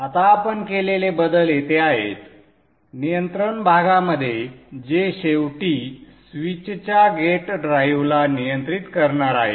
आता आपण केलेले बदल येथे आहेत नियंत्रण भागामध्ये जे शेवटी स्विचच्या गेट ड्राइव्हला नियंत्रित करणार आहे